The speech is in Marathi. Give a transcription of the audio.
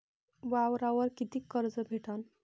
वावरावर कितीक कर्ज भेटन?